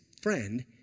friend